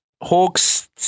Hawks